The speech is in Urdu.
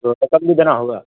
تو ت تب بھی دینا ہوگا